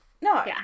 No